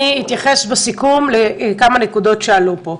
אני אתייחס בסיכום לכמה נקודות שעלו פה.